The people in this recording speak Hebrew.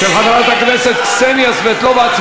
של חברת הכנסת קסניה סבטלובה,